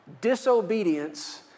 Disobedience